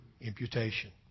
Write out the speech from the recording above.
imputation